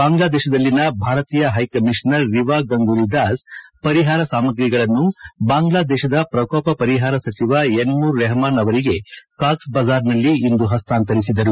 ಬಾಂಗ್ಲಾದೇಶದಲ್ಲಿನ ಭಾರತೀಯ ಹೈಕಮೀಷನರ್ ರಿವಾ ಗಂಗೂಲಿದಾಸ್ ಪರಿಹಾರ ಸಾಮಗ್ರಿಗಳನ್ನು ಬಾಂಗ್ಲಾದೇಶದ ಪ್ರಕೋಪ ಪರಿಹಾರ ಸಚಿವ ಎನಮೂರ್ ರೆಹಮಾನ್ ಅವರಿಗೆ ಕಾಕ್ಸ್ ಬಜಾರ್ನಲ್ಲಿಂದು ಹಸ್ತಾಂತರಿಸಿದರು